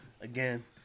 Again